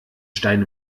stein